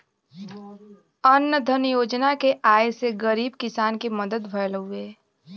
अन्न धन योजना के आये से गरीब किसान के मदद भयल हउवे